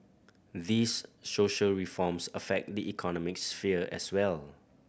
these social reforms affect the economic sphere as well